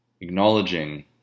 acknowledging